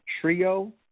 trio